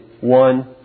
one